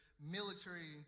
military